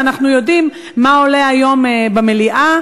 ואנחנו יודעים מה עולה היום במליאה,